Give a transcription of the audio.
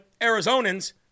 Arizonans